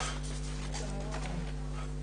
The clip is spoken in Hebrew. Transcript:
ולאומית